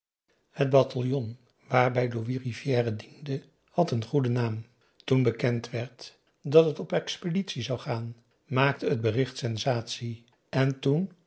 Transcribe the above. het bataljon waarbij louis rivière diende had een goeden naam toen bekend werd dat het op expeditie zou gaan maakte t bericht sensatie en toen